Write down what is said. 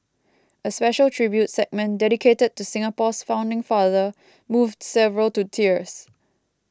a special tribute segment dedicated to Singapore's founding father moved several to tears